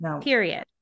period